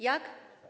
Jak?